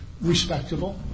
respectable